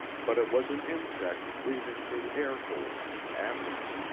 but it was an insect breathing through air-holes in its abdomen.